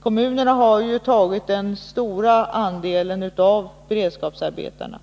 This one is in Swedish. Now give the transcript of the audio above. Kommunerna har ju tagit den stora andelen av beredskapsarbetarna,